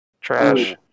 trash